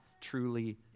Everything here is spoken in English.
truly